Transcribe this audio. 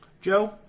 Joe